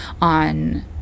on